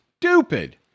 stupid